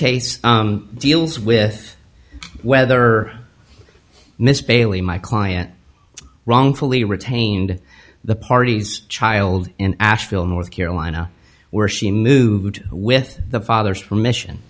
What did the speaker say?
case deals with whether miss bailey my client wrongfully retained the parties child in asheville north carolina where she moved with the father's permission